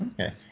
Okay